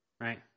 Right